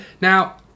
Now